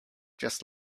just